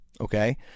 okay